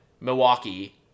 Milwaukee